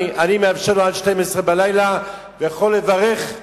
אני מאפשר לו עד שתים-עשרה בלילה והוא יכול לברך בלב שקט.